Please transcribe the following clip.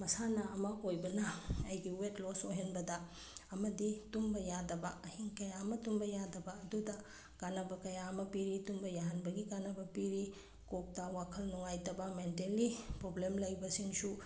ꯃꯁꯥꯟꯅ ꯑꯃ ꯑꯣꯏꯕꯅ ꯑꯩꯗꯤ ꯋꯦꯠ ꯂꯣꯁ ꯑꯣꯏꯍꯟꯕꯗ ꯑꯃꯗꯤ ꯇꯨꯝꯕ ꯌꯥꯗꯕ ꯑꯍꯤꯡ ꯀꯌꯥ ꯑꯃ ꯇꯨꯝꯕ ꯌꯥꯗꯕ ꯑꯗꯨꯗ ꯀꯥꯟꯅꯕ ꯀꯌꯥ ꯑꯃ ꯄꯤꯔꯤ ꯇꯨꯝꯕ ꯌꯥꯍꯟꯕꯒꯤ ꯀꯥꯟꯅꯕ ꯄꯤꯔꯤ ꯀꯣꯛꯇ ꯋꯥꯈꯜ ꯅꯨꯡꯉꯥꯏꯇꯕ ꯃꯦꯟꯇꯦꯜꯂꯤ ꯄ꯭ꯔꯣꯕ꯭ꯂꯦꯝ ꯂꯩꯕꯁꯤꯡꯁꯨ